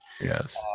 Yes